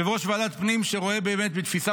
יושב-ראש ועדת פנים שרואה באמת בתפיסה